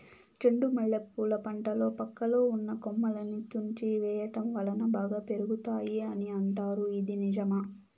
చెండు మల్లె పూల పంటలో పక్కలో ఉన్న కొమ్మలని తుంచి వేయటం వలన బాగా పెరుగుతాయి అని అంటారు ఇది నిజమా?